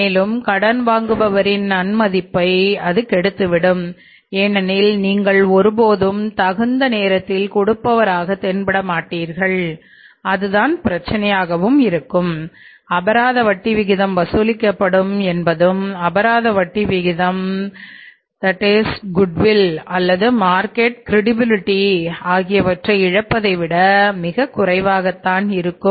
மேலும் கடன் வாங்குபவரின் நன் மதிப்பை அது கெடுத்துவிடும் ஏனெனில் நீங்கள் ஒருபோதும் தகுந்த நேரத்தில் கொடுப்பவராக தென்பட மாட்டீர்கள் அதுதான் பிரச்சினையாக இருக்கும் அபராத வட்டி விகிதம் வசூலிக்கப்படும் என்பதும் அபராத வட்டி விகிதம் குட்வில் இழப்பதை விட மிகக் குறைவாக இருக்கும்